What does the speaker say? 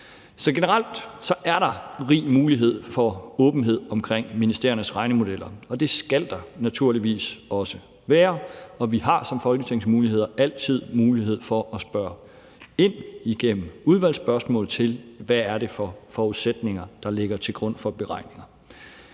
Så generelt er der rig mulighed for åbenhed om ministeriernes regnemodeller. Det skal der naturligvis også være, og vi har som folketingsmedlemmer igennem udvalgsspørgsmål altid mulighed for at spørge ind til, hvad det er for nogle forudsætninger, der ligger til grund for beregninger.